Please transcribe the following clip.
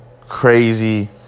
crazy